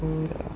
yeah